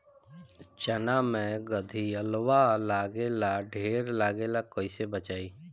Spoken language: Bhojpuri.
चना मै गधयीलवा लागे ला ढेर लागेला कईसे बचाई?